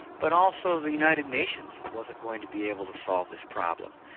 but also the united nations wasn't going to be able to solve this problem,